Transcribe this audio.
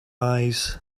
eyes